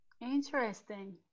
Interesting